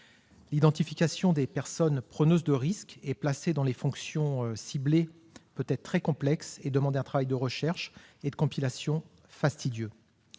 L'identification des personnes preneuses de risques et placées dans les fonctions ciblées peut être très complexe et demander un travail de recherche et de compilation fastidieux.